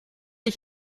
ich